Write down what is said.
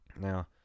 Now